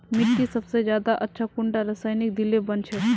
मिट्टी सबसे ज्यादा अच्छा कुंडा रासायनिक दिले बन छै?